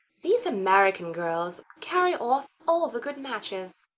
these american girls carry off all the good matches.